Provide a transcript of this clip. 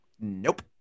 Nope